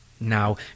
Now